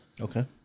Okay